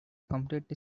completely